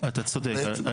אתה צודק.